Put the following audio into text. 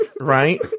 right